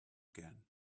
again